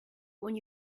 when